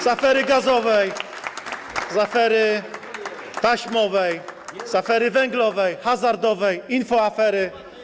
Z afery gazowej, z afery taśmowej, z afery węglowej, hazardowej, infoafery.